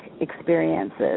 experiences